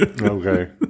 Okay